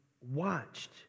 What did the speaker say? watched